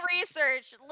research